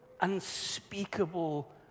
unspeakable